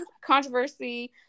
controversy